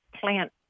plant